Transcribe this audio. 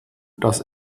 dass